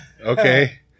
okay